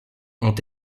ont